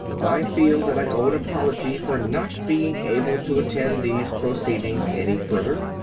i feel that i owe an apology for not being able to attend these proceedings any further.